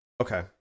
Okay